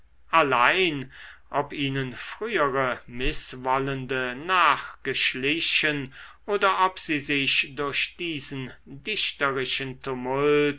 allein ob ihnen frühere mißwollende nachgeschlichen oder ob sie sich durch diesen dichterischen tumult